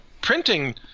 printing